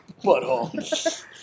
butthole